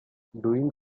doing